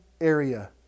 area